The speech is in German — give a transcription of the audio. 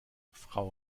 frau